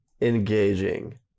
engaging